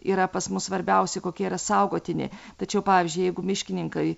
yra pas mus svarbiausi kokie yra saugotini tačiau pavyzdžiui jeigu miškininkai